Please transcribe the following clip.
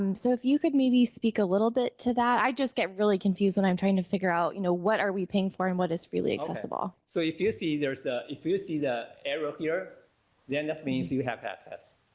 um so if you could maybe speak a little bit to that i just get really confused when i'm trying to figure out you know what are we paying for and what is freely accessible so if you see there's a if you see the arrow here then that means you have access